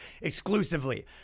exclusively